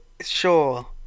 sure